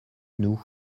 nous